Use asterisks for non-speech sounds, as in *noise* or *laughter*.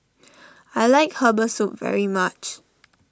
I like Herbal Soup very much *noise*